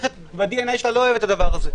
ב-DNA שלה לא אהבה את זה.